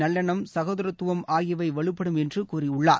நவ்லெண்ணம் சகோதரத்துவம் ஆகியவை வலுப்படுத்தும் என்று கூறியுள்ளார்